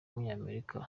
w’umunyamerika